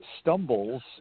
stumbles